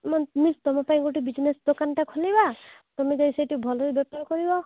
ତୁମ ପାଇଁ ଗୋଟେ ବିଜିନେସ ଦୋକାନଟା ଖୋଲିବା ତୁମେ ଯାଇ ସେଇଠି ଭଲରେ ଦୋକାନ କରିବ